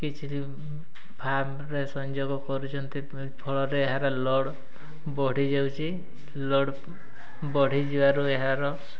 କିଛି ଫାର୍ମରେ ସଂଯୋଗ କରୁଛନ୍ତି ଫଳରେ ଏହାର ଲୋଡ଼୍ ବଢ଼ିଯାଉଛି ଲୋଡ଼୍ ବଢ଼ିଯିବାରୁ ଏହାର